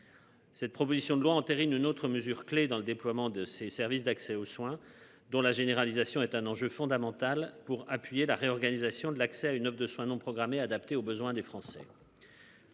Cette proposition de loi entérine une autre mesure clé dans le déploiement de ses services d'accès aux soins dont la généralisation est un enjeu fondamental pour appuyer la réorganisation de l'accès à une offre de soins non programmés, adaptée aux besoins des Français.